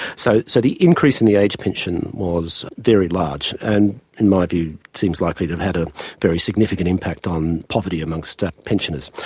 so so the increase in the age pension was very large and in my view seems likely to have had a very significant impact on poverty amongst ah pensioners.